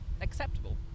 acceptable